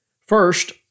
First